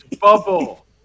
Bubble